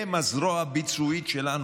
הם הזרוע הביצועית שלנו.